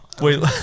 Wait